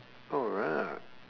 alright